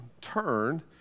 turn